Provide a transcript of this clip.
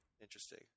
Interesting